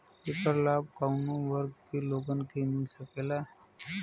ऐकर लाभ काउने वर्ग के लोगन के मिल सकेला?